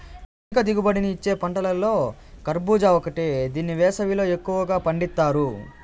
అధిక దిగుబడిని ఇచ్చే పంటలలో కర్భూజ ఒకటి దీన్ని వేసవిలో ఎక్కువగా పండిత్తారు